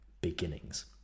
beginnings